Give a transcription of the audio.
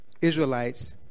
Israelites